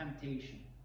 temptation